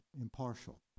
impartial